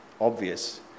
obvious